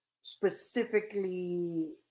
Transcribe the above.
specifically